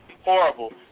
horrible